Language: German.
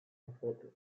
erfolglos